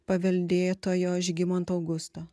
paveldėtojo žygimanto augusto